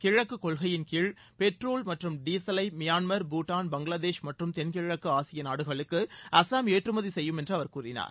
கிழக்கு கொள்கையின் கீழ் பெட்ரோல் மற்றும் டீசலை மியான்மர் பூட்டான் பங்களாதேஷ் மற்றும் தெள்கிழக்கு ஆசிய நாடுகளுக்கு அசாம் ஏற்றுமதி செய்யும் என்று அவர் கூறினார்